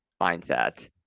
mindset